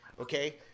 Okay